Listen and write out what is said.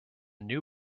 new